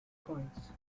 coins